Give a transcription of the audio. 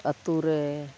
ᱟᱛᱳᱨᱮ